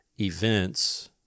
events